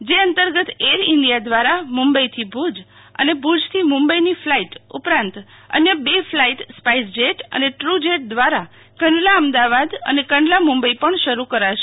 જે અંતર્ગત Air India દ્વારા મુંબઈથી ભુજ અને ભુજથી મુંબઈની ફ્લાઈટ ઉપરાંત અન્ય બે ફ્લાઈટ સ્પાઈસ જેટ અને ટ્ર જેટ દ્વારા કંડલા અમદાવાદ અને કંડલા મુંબઈ પણ શરૂ કરશે